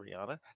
Rihanna